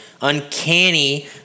uncanny